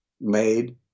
made